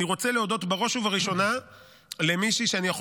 אני רוצה להודות בראש ובראשונה למישהי שאני יכול